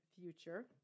future